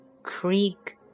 Creek